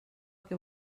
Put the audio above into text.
que